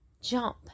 jump